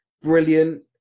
brilliant